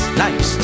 nice